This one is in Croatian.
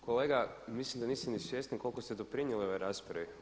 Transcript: Kolega mislim da niste ni svjesni koliko ste doprinijeli ovoj raspravi.